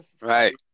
Right